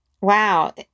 Wow